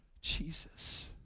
Jesus